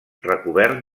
recobert